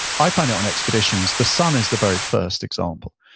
i find it on expeditions, the sun is the very first example.